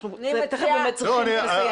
אנחנו תיכף באמת צריכים לסיים.